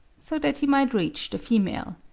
so that he might reach the female.